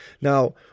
Now